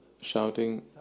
shouting